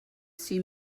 see